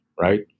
right